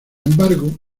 embargo